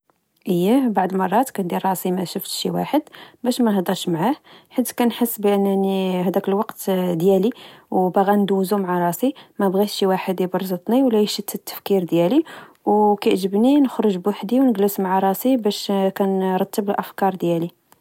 إييه، بعض المرات كندير راسي مشفتش شواحد باش ما نهدرش معاه، حيث كنحس بأنني هداك لوقت ديالي، وباغا ندوزو معا راسي، مبغيتش شواحد يبرزطني ولا يشتت التفكير ديالي، كعجبني نخرج بحدي، ونچلس معا راسي باش كنرتب الأفكار ديالي